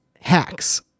hacks